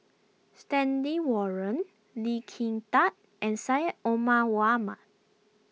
Stanley Warren Lee Kin Tat and Syed Omar Mohamed